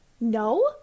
No